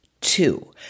Two